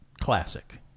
classic